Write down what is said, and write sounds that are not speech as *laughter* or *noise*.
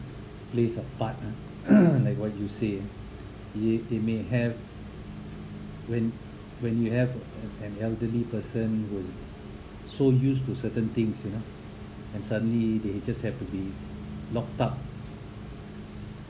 plays a part ah *coughs* like what you say ye~ they may have when when you have an an elderly person who so used to certain things you know and suddenly they just have to be locked up